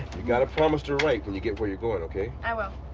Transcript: you've got to promise to write when you get where you're going, ok? i will.